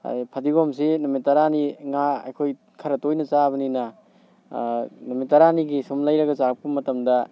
ꯑꯗꯨ ꯐꯗꯤꯒꯣꯝꯁꯤ ꯅꯨꯃꯤꯠ ꯇꯔꯥꯅꯤ ꯉꯥ ꯑꯩꯈꯣꯏ ꯈꯔ ꯇꯣꯏꯅ ꯆꯥꯕꯅꯤꯅ ꯅꯨꯃꯤꯠ ꯇꯔꯥꯅꯤꯒꯤ ꯁꯨꯝ ꯂꯩꯔꯒ ꯆꯥꯔꯛꯄ ꯃꯇꯝꯗ